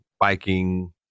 biking